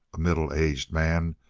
a middle-aged man,